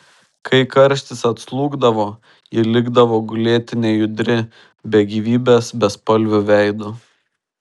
kai karštis atslūgdavo ji likdavo gulėti nejudri be gyvybės bespalviu veidu